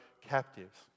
captives